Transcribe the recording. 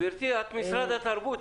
גברתי, את משרד התרבות.